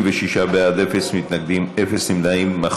בעד, 56, נגד, אין, נמנעים, אין.